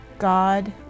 god